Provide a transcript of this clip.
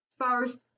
first